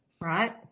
Right